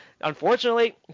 unfortunately